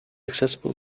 accessible